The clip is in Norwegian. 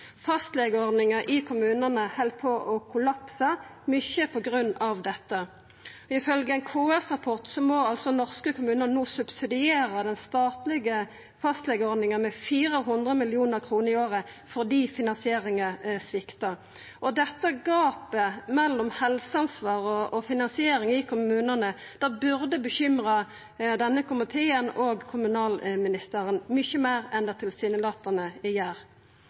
Fastlegeordninga i kommunane held på å kollapsa, mykje på grunn av dette. Ifølgje ein KS-rapport må norske kommunar no subsidiera den statlege fastlegeordninga med 400 mill. kr i året fordi finansieringa sviktar. Dette gapet mellom helseansvar og finansiering i kommunane burde bekymra denne komiteen og kommunalministeren mykje meir enn det tilsynelatande gjer.